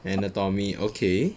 anatomy okay